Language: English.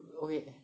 okay